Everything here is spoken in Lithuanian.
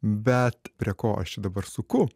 bet prie ko aš čia dabar suku